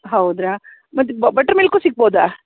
ಹೌದಾ ಮತ್ತು butter milk ಸಿಗ್ಬೋದಾ